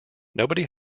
nobody